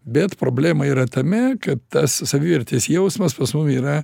bet problema yra tame kad tas savivertės jausmas pas mum yra